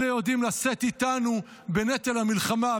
אלה יודעים לשאת איתנו בנטל המלחמה,